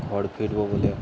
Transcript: ঘর ফিরবো বলে